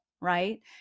right